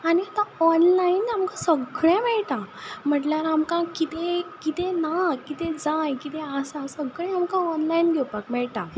आनी ऑनलायन आमकां सगळें मेळटा म्हणल्यार आमकां कितें कितें ना कितें जाय कितें आसा सगळें आमकां ऑनलायन घेवपाक मेळटा